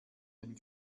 den